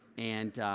and,